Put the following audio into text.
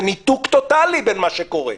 זה ניתוק טוטלי בין מה שקורה.